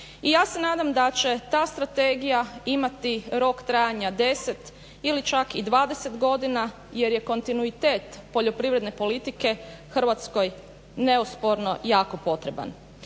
i ja se nadam da će ta strategija imati rok trajanja 10 ili čak i 20 godina jer je kontinuitet poljoprivredne politike Hrvatskoj neosporno jako potreban.